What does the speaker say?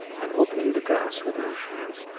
and opening the grass with her hands,